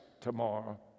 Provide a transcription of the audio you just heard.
tomorrow